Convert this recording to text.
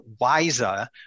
wiser